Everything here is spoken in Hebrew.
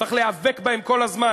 צריך להיאבק בהם כל הזמן.